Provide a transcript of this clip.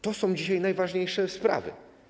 To są dzisiaj najważniejsze sprawy.